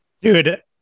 Dude